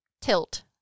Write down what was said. tilt